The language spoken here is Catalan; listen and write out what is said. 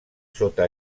sota